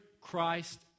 Christ